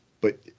But-